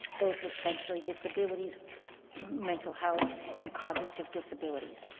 those with sensory disabilities mental health and cognitive disabilities.